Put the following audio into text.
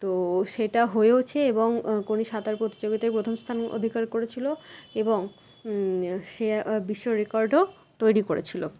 তো সেটা হয়েওছে এবং কোনি সাঁতার প্রতিযোগিতায় প্রথম স্থান অধিকার করেছিলো এবং সে বিশ্ব রেকর্ডও তৈরি করেছিলো